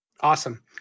Awesome